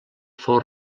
fou